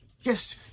Yes